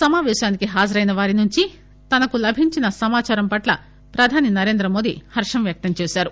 సమాపేశానికి హాజరైన వారినుంచి తనకు లభించిన సమాచారంపట్ల ప్రధాని నరేంద్ర మోదీ హర్షం వ్యక్తం చేశారు